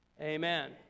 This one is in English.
amen